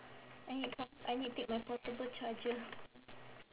I need port~ I need take my portable charger